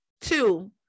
Two